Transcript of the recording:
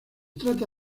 trata